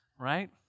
right